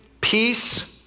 peace